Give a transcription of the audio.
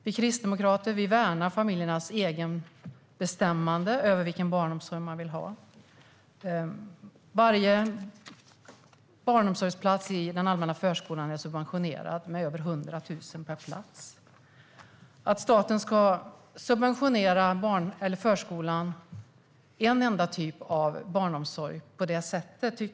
Vi kristdemokrater värnar familjernas egenbestämmande över vilken barnomsorg man vill ha. Varje barnomsorgsplats i den allmänna förskolan är subventionerad med över 100 000. Tycker Socialdemokraterna att det är önskvärt att staten subventionerar en enda typ av barnomsorg på det sättet?